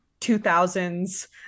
2000s